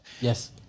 Yes